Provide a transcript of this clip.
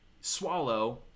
swallow